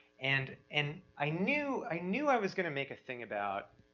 and, and i knew, i knew i was gonna make a thing about